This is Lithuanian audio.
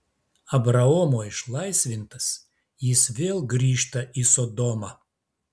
abraomo išlaisvintas jis vėl grįžta į sodomą